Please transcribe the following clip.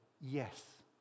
yes